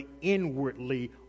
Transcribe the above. inwardly